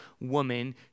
woman